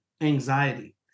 anxiety